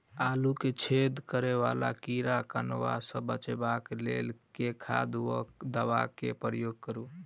आलु मे छेद करा वला कीड़ा कन्वा सँ बचाब केँ लेल केँ खाद वा दवा केँ प्रयोग करू?